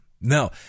No